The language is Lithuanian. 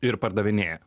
ir pardavinėja